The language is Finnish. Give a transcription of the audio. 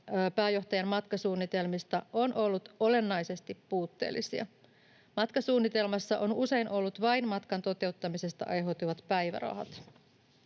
pääjohtajan matkasuunnitelmista on ollut olennaisesti puutteellisia. Matkasuunnitelmassa on usein ollut vain matkan toteuttamisesta aiheutuvat päivärahat.